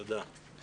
תודה.